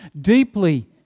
deeply